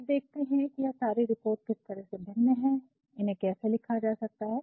तो अब देखते हैं कि यह सारी रिपोर्ट किस तरह से भिन्न है और इन्हें कैसे लिखा जा सकता है